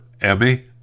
Emmy